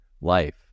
life